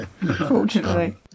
unfortunately